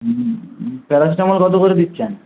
হুম paracetamol কত করে দিচ্ছেন